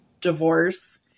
divorce